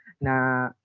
na